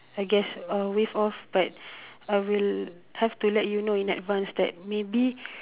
I guess uh waive off but I will have to let you know in advance that maybe